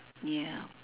ya